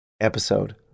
episode